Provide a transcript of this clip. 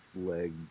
leg